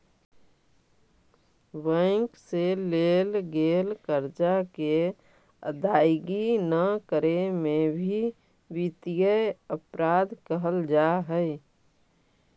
bank से लेल गेल कर्जा के अदायगी न करे में भी वित्तीय अपराध कहल जा हई